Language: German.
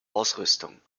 ausrüstung